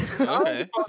Okay